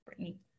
Britney